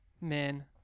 men